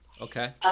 Okay